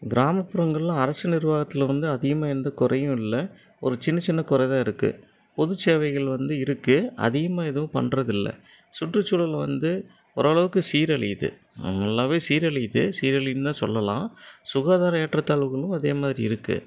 கிராமப்புறங்களில் அரசு நிர்வாகத்தில் வந்து அதிகமாக எந்த குறையும் இல்லை ஒரு சின்னச்சின்ன குறதா இருக்கு பொது சேவைகள் வந்து இருக்கு அதிகமாக எதுவும் பண்ணுறது இல்லை சுற்றுசூழல் வந்து ஒரளவுக்கு சீரழியிது நல்லாவே சீரழியிது சீரழியிதுன்னு தான் சொல்லலாம் சுகாதார ஏற்ற தாழ்வுகளும் அதேமாதிரி இருக்கு